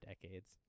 decades